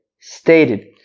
stated